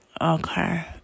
okay